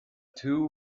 two